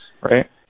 right